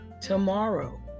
tomorrow